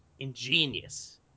Ingenious